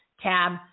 tab